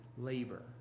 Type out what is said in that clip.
labor